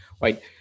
right